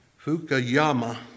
Fukuyama